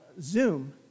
Zoom